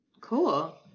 Cool